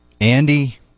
Andy